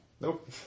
Nope